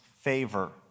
favor